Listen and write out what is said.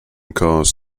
cause